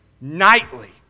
nightly